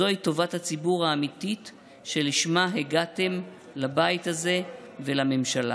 זוהי טובת הציבור האמיתית שלשמה הגעתם לבית הזה ולממשלה.